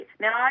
Now